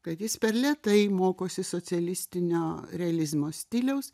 kad jis per lėtai mokosi socialistinio realizmo stiliaus